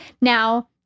Now